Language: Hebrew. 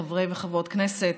חברי וחברות הכנסת,